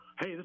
hey